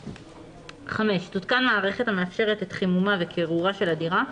(5) תותקן מערכת המאפשרת את חימומה וקירורה של הדירה,